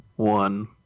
one